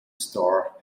store